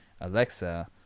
Alexa